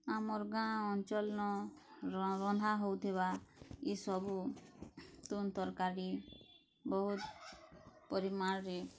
ଆମର୍ ଗାଁ ଅଞ୍ଚଲ୍ ନ ର ରନ୍ଧା ହେଉଥିବା ଇ ସବୁ ତୁନ୍ ତରକାରୀ ବହୁତ୍ ପରିମାଣ୍ରେ